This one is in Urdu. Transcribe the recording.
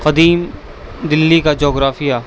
قدیم دلی کا جغرافیہ